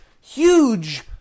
huge